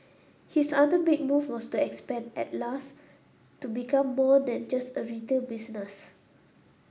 his other big move was to expand Atlas to become more than just a retail business